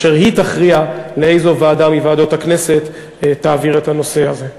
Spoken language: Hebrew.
אשר היא תכריע לאיזו ועדה מוועדות הכנסת יועבר הנושא הזה.